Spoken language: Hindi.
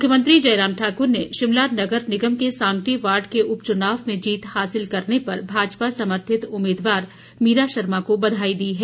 मुख्यमंत्री जयराम ठाक्र ने शिमला नगर निगम के सांगटी वार्ड के उपच्नाव में जीत हासिल करने पर भाजपा समर्थित उम्मीदवार मीरा शर्मा को बधाई दी है